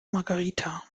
margherita